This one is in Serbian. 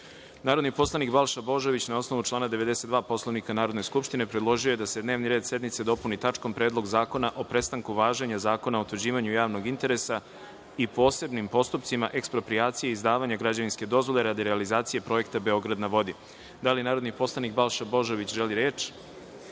predlog. Narodni poslanik Balša Božović, na osnovu člana 92. Poslovnika Narodne skupštine, predložio je da se dnevni red sednice dopuni tačkom – Predlog zakona o prestanku važenja Zakona o utvrđivanju javnog interesa i posebnim postupcima eksproprijacije i izdavanja građevinske dozvole radi realizacije Projekta „Beograd na vodi“.Da li Narodni poslanik Balša Božović želi reč?